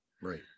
Right